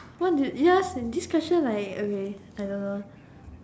what do ya this question like okay I don't know